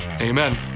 Amen